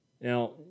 Now